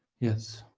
yes